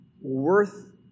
worth